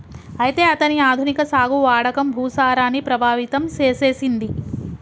అయితే అతని ఆధునిక సాగు వాడకం భూసారాన్ని ప్రభావితం సేసెసింది